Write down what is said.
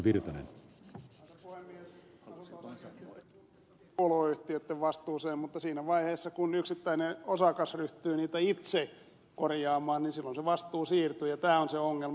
asunto osakeyhtiöitten putket kuuluvat yhtiöitten vastuuseen mutta siinä vaiheessa kun yksittäinen osakas ryhtyy niitä itse korjaamaan se vastuu siirtyy ja tämä on se ongelma